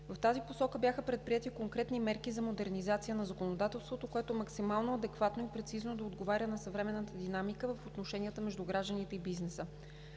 В тази посока бяха предприети конкретни мерки за модернизация на законодателството, което максимално адекватно и прецизно да отговаря на съвременната динамика в отношенията между гражданите и бизнеса.